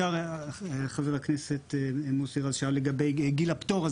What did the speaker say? חבר הכנסת מוסי רז שאל לגבי גיל הפטור,